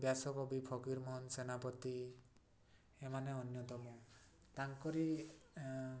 ବ୍ୟାସକବି ଫକୀରମୋହନ ସେନାପତି ଏମାନେ ଅନ୍ୟତମ ତାଙ୍କରି